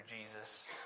Jesus